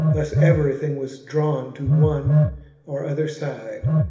thus everything was drawn to one or other side,